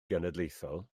genedlaethol